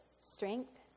Strength